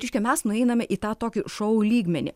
reiškia mes nueiname į tą tokį šou lygmenį